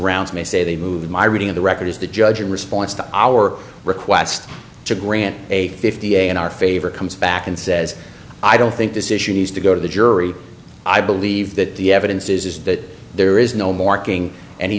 brown's may say they moved my reading of the record is the judge in response to our request to grant a fifty in our favor comes back and says i don't think this issue needs to go to the jury i believe that the evidence is that there is no marking and he